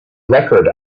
record